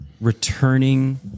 returning